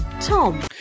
Tom